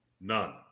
None